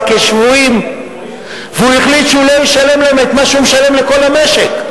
כשבויים והחליט שהוא לא ישלם להם את מה שהוא משלם לכל המשק.